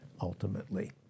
ultimately